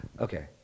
Okay